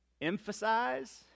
emphasize